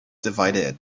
divided